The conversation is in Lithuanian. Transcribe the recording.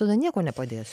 tada nieko nepadės